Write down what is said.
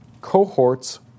cohorts